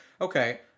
Okay